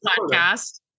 podcast